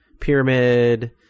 pyramid